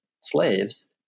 slaves